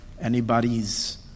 anybody's